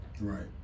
Right